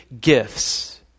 gifts